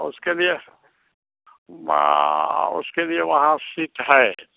उसके लिए मा उसके लिए वहाँ सीट है